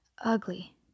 ugly